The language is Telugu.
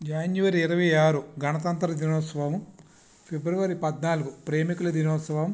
జనవరి ఇరవై ఆరు గణతంత్ర దినోత్సవం ఫిబ్రవరి పద్నాలుగు ప్రేమికుల దినోత్సవం